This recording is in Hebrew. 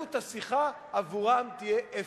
עלות השיחה עבורם תהיה אפס.